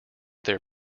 their